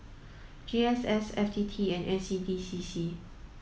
G S S F T T and N C D C C